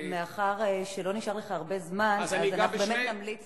מאחר שלא נשאר לך הרבה זמן, אנחנו באמת נמליץ